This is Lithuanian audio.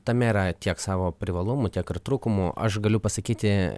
tame yra tiek savo privalumų tiek ir trūkumų aš galiu pasakyti